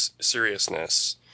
seriousness